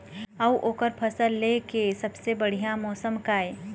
अऊ ओकर फसल लेय के सबसे बढ़िया मौसम का ये?